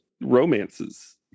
romances